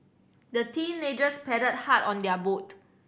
the teenagers paddled hard on their boat